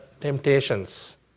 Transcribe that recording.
temptations